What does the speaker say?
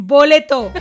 Boleto